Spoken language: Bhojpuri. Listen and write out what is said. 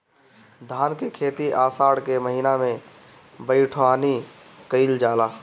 धान के खेती आषाढ़ के महीना में बइठुअनी कइल जाला?